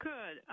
Good